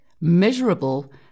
measurable